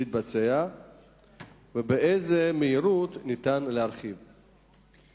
2. באיזו מהירות ניתן להרחיב את התוכנית?